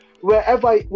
wherever